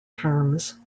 terms